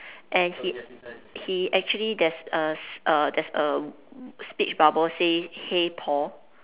and he he actually there's a a there's a speech bubble say hey Paul